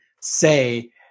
say